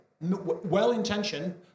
Well-intentioned